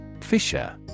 Fisher